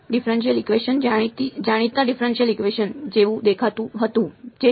તો અને તે ડિફરેંશીયલ ઇકવેશન જાણીતા ડિફરેંશીયલ ઇકવેશન જેવું દેખાતું હતું જે છે